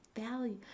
value